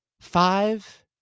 five